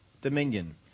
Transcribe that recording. dominion